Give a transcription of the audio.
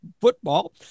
football